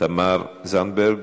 תמר זנדברג.